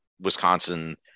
Wisconsin